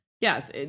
Yes